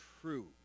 true